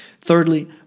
Thirdly